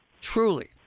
truly